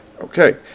Okay